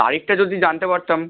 তারিখটা যদি জানতে পারতাম